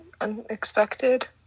unexpected